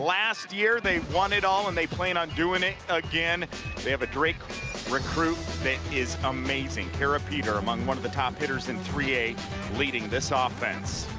last year they won it all and they plan on doing it again they have a recruit that is amazing. kara peter, among one of the top hitters in three a leading this ah offense.